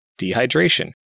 dehydration